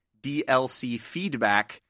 dlcfeedback